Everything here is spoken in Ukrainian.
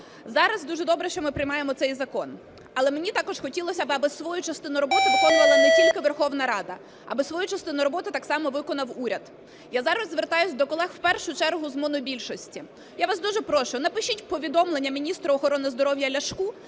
Зараз дуже добре, що ми приймаємо цей закон. Але мені також хотілось би, аби свою частину роботу виконувала не тільки Верховна Рада, аби свою частину роботи так само виконав уряд. Я зараз звертаюся до колег в першу чергу з монобільшості. Я вас дуже прошу, напишіть повідомлення міністру охорони здоров'я Ляшку